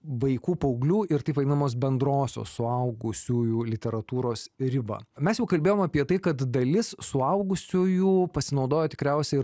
vaikų paauglių ir taip vadinamos bendrosios suaugusiųjų literatūros ribą mes jau kalbėjom apie tai kad dalis suaugusiųjų pasinaudojo tikriausiai